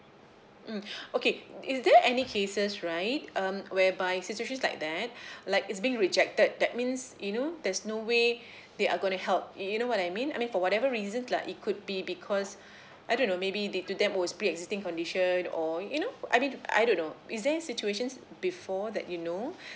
mm okay is there any cases right um whereby situations like that like is being rejected that means you know there's no way they are going to help you you know what I mean I mean for whatever reasons lah it could be because I don't know maybe they to them oh it's pre existing condition or you know I mean I I don't know is there a situation before that you know